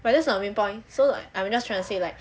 but that's not the main point so like I'm just trying to say like